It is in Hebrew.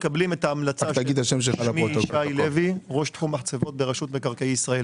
שמי ישי לוי, ראש תחום מחצבות ברשות מקרקעי ישראל.